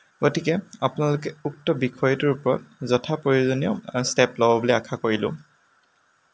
গতিকে আপোনালোকে উক্ত বিষয়টোৰ ওপৰত যথা প্ৰয়োজনীয় ষ্টেপ ল'ব বুলি আশা কৰিলোঁ